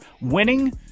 winning